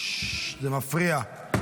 --- זה מפריע.